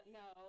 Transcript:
no